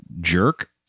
jerk